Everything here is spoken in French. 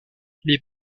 les